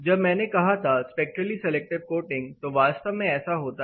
जब मैंने कहा था स्पेक्ट्रली सिलेक्टिव कोटिंग तो वास्तव में ऐसा होता है